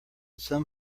some